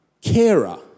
carer